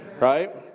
right